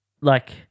Like-